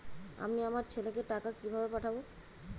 আমি আমার ছেলেকে টাকা কিভাবে পাঠাব?